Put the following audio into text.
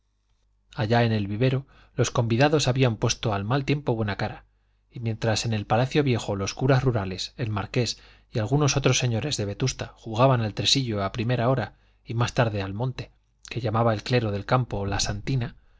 allá en el vivero los convidados habían puesto a mal tiempo buena cara y mientras en el palacio viejo los curas rurales el marqués y algunos otros señores de vetusta jugaban al tresillo a primera hora y más tarde al monte que llamaba el clero del campo la santina